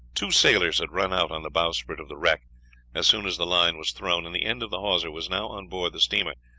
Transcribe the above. two sailors had run out on the bowsprit of the wreck as soon as the line was thrown, and the end of the hawser was now on board the steamer.